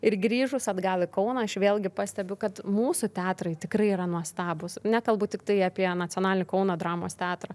ir grįžus atgal į kauną aš vėlgi pastebiu kad mūsų teatrai tikrai yra nuostabūs nekalbu tiktai apie nacionalinį kauno dramos teatrą